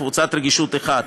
קבוצת רגישות 1,